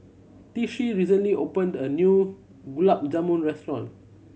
Tishie recently opened a new Gulab Jamun restaurant